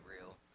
real